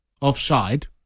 offside